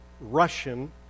Russian